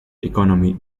economy